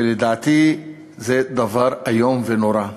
ולדעתי זה דבר איום ונורא.